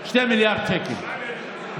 תעמדו בהסכם שעשו ישראל כץ